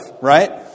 right